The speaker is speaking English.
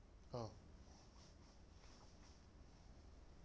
oh